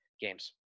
Games